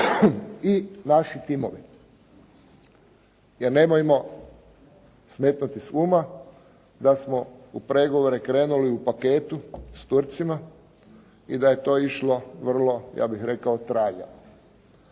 i naši timovi. Jer, nemojmo smetnuti s uma da smo u pregovore krenuli u paketu s Turcima i da je to išlo vrlo, ja bih rekao, traljavo.